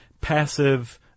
passive